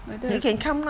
but that